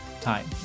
time